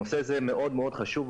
נושא זה מאוד מאוד חשוב.